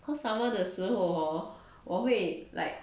cause summer 的时候 hor 我会 like